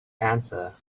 answered